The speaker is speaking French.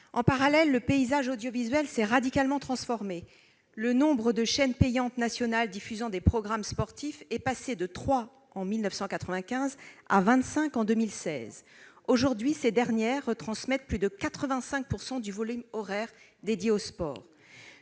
En parallèle, le paysage audiovisuel s'est radicalement transformé. Le nombre de chaînes payantes nationales diffusant des programmes sportifs est ainsi passé de trois en 1995 à vingt-cinq en 2016. Aujourd'hui, ces dernières retransmettent plus de 95 % du volume horaire dédié au sport.